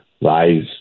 lies